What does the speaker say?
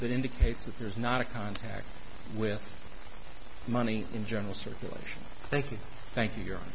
that indicates that there's not a contact with money in general circulation thank you thank you